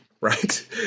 right